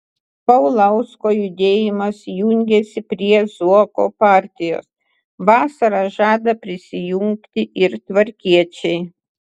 paulausko judėjimas jungiasi prie zuoko partijos vasarą žada prisijungti ir tvarkiečiai